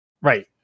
Right